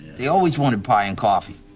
they always wanted pie and coffee.